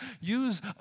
use